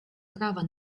права